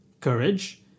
courage